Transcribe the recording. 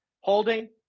holding